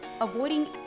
avoiding